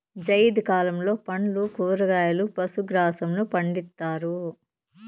జైద్ కాలంలో పండ్లు, కూరగాయలు, పశు గ్రాసంను పండిత్తారు